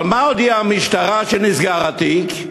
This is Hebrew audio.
על מה הודיעה המשטרה שנסגר התיק?